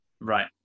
right